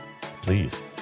Please